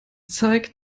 zeigt